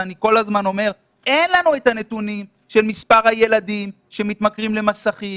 ואני כל הזמן אומר שאין לנו את הנתונים של מספר הילדים שמתמכרים למסכים,